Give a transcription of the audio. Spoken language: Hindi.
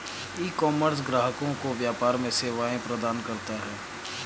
ईकॉमर्स ग्राहकों को व्यापार में सेवाएं प्रदान करता है